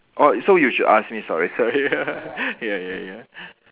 orh so you should ask me sorry sorry ya ya ya